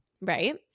Right